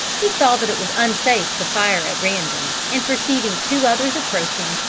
he saw that it was unsafe to fire at random, and perceiving two others approaching,